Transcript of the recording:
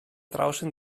draußen